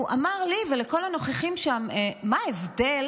הוא אמר לי ולכל הנוכחים שם: מה ההבדל